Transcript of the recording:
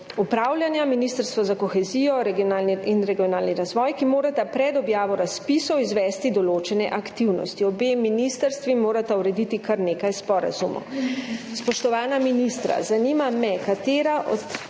upravljanja, Ministrstvo za kohezijo in regionalni razvoj. Ta dva morata pred objavo razpisov izvesti določene aktivnosti. Obe ministrstvi morata urediti kar nekaj sporazumov. Spoštovana ministra, zanima me: Katere od